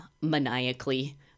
maniacally